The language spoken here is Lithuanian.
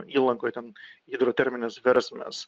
įlankoj ten hidroterminės versmės